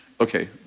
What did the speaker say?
Okay